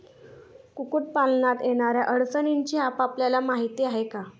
कुक्कुटपालनात येणाऱ्या अडचणींची आपल्याला माहिती आहे का?